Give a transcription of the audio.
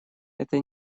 это